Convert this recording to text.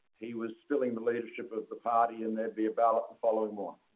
he was filling the leadership of the party, and they'd be about the following morning.